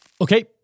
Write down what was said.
Okay